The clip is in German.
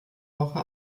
woche